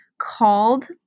called